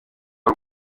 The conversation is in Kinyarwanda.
w’u